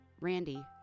Randy